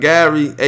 Gary